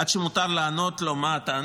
ואז יש פרק זמן ארוך עד שמותר לענות לו מה הטענות.